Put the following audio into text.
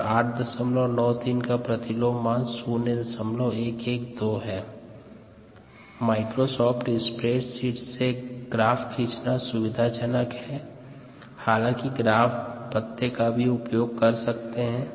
1S mM 1 0053 006 0076 0128 1v 1 435 526 578 893 Microsoft spreadsheet से graph खींचना सुविधाजनक है हालांकि ग्राफ पत्ते का भी उपयोग कर सकते हैं